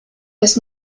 des